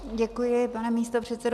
Děkuji, pane místopředsedo.